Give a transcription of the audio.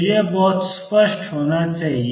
तो यह बहुत स्पष्ट होना चाहिए